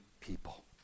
people